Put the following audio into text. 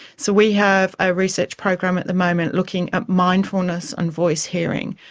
so we have a research program at the moment looking at mindfulness and voice hearing,